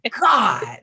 God